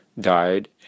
died